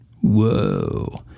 whoa